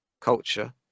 culture